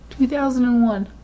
2001